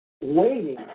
waiting